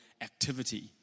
activity